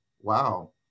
wow